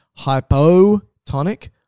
hypotonic